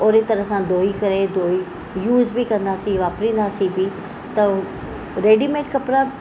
ओहिड़ी तरह सां धोई करे धोई यूज़ बि कंदासीं वापररींदासीं बि त हो रेडीमेड कपिड़ा